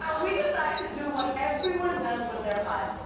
um we decide to do what everyone does when they're high,